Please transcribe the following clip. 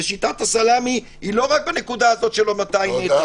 שיטת הסלמי היא לא רק בנוגע ל-200 מטרים.